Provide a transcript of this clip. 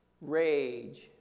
rage